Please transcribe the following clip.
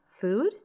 food